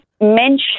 mention